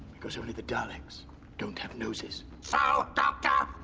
because only the daleks don't have noses. so doctor,